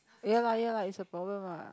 ya lah ya lah is a problem ah